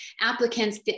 applicants